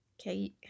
okay